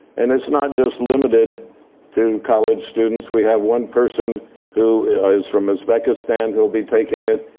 and it's not just limited to college students. we have one person who is from uzbekistan who will be taking it.